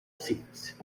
seeds